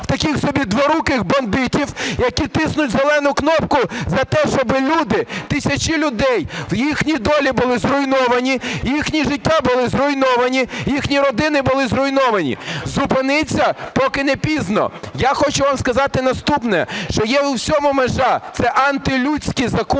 таких собі "дворуких бандитів", які тиснуть зелену кнопку за те, щоб люди, тисячі людей їхні долі були зруйновані, їхні життя були зруйновані, їхні родини були зруйновані. Зупиніться поки не пізно. Я хочу вам сказати наступне, що є у всьому межа. Це антилюдський закон.